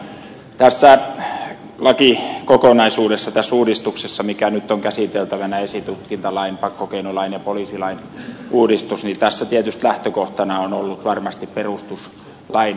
tässä lakikokonaisuudessa tässä uudistuksessa mikä nyt on käsiteltävänä esitutkintalain pakkokeinolain ja poliisilain uudistuksessa tietysti lähtökohtana ovat olleet varmasti perustuslain edellyttämät muutokset